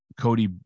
Cody